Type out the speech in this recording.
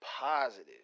positive